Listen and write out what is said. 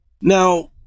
Now